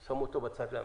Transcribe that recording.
אני שם אותו בצד להמתנה.